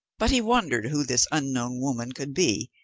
but he wondered who this unknown woman could be.